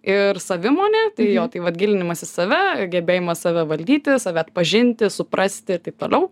ir savimonė tai jo tai vat gilinimasis į save gebėjimas save valdyti save atpažinti suprasti ir taip toliau